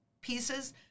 pieces